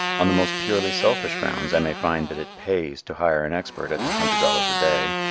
on the most purely selfish grounds i may find that it pays to hire an expert at a hundred dollars a day,